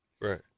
Right